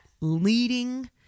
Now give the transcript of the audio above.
leading